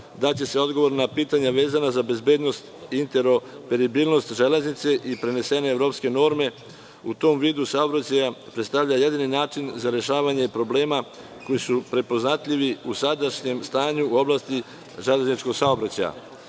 daće odgovor na pitanja vezana za bezbednost i interoperabilnosti železnice i prenesene evropske norme, u tom vidu saobraćaja predstavlja jedini način za rešavanje problema, koji su prepoznatljivi u sadašnjem stanju u oblasti železničkog saobraćaja. Još